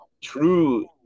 true